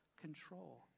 control